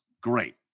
Great